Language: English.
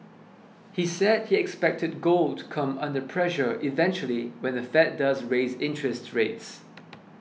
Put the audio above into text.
he said he expected gold to come under pressure eventually when the Fed does raise interest rates